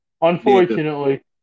Unfortunately